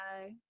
Bye